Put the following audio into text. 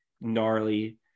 gnarly